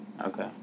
Okay